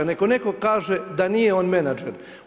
Neka netko kaže da nije on menadžer.